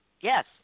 yes